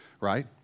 right